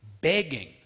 begging